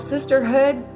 Sisterhood